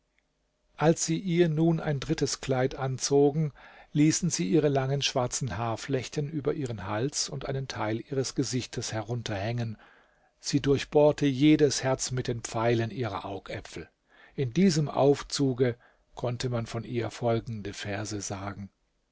als sie ihr nun ein drittes kleid anzogen ließen sie ihre langen schwarzen haarflechten über ihren hals und einen teil ihres gesichtes herunterhängen sie durchbohrte jedes herz mit den pfeilen ihrer augäpfel in diesem aufzuge konnte man von ihr folgende verse sagen